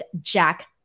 Jack